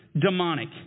demonic